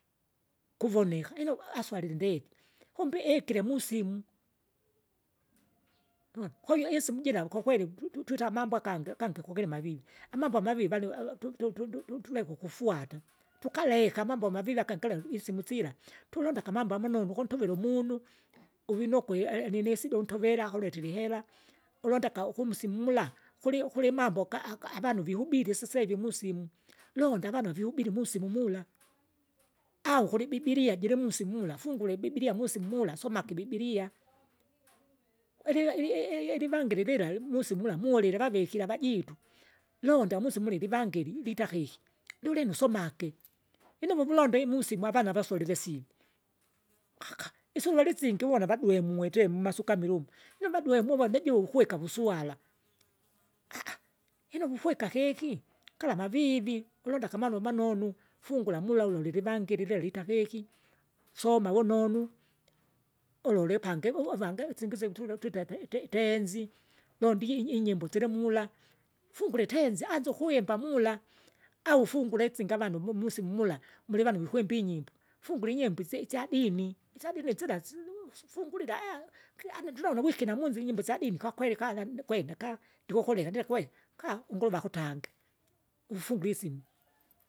Kuvoneka, ino aswalile ndeti, kumbe ikile musimu kwahiyo isimu jira vukwakweli tututwita amambo agangi agangi kukilimavivi, amambo amavivi vali ava tutundututu tuleke ukufwata, tukaleka amambo amavivi akangile isimu sila, tulondaga amambo amanonu guntovile umunu, uvinokwa ealinisida untuvera akuletire ihera, ulondaka kumsimu mula kuli- kulimambo gaaga avanu vihubiri isisehivi musimu. Londa avana viubili musimu musimu mula, au kulibibiri jirimusimu mula fungula ibibiria musimu mula somake ibibiria ili- ili- ilivangiri limusimu mula mulile vavikile avajitu. Londa musimu mula ilivangiri litakeki, lyulino usomake, lino uvuvulonda imusimu avana vasolile simu, isuluvairi isingi uvon vadwemue iti mmasukamili umu, lino vadwemue muve maju ukwika vuswala lino wuhwika keki, kala mavivi, ulondake manu manonu, fungura mulaula lilivangiri lelita keki, soma vunonu. Ulu ulipange vuvu avanga singise tule twite ite- itenzi, londa i- inyimbo silemula, fungura itenzi anza ukwimba mula, au ufungure isinge avanu mumusimu mula, mulivanu vikwimba inyimbo. Fungura inyimbo isi- isyadini, isyadini sila siliu sifungurirya kiandinono wikina munzi inyimbo isyadini kwakweli kalande kwenda kaa! ndikululeka ndilekwenda kaa! unguruve akutange, uvufungure isimu.